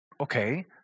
okay